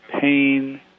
pain